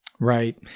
Right